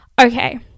Okay